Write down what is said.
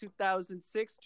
2006